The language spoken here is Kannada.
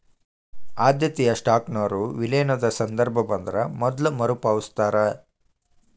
ಆದ್ಯತೆಯ ಸ್ಟಾಕ್ನೊರ ವಿಲೇನದ ಸಂದರ್ಭ ಬಂದ್ರ ಮೊದ್ಲ ಮರುಪಾವತಿಸ್ತಾರ